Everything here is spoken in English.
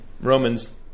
Romans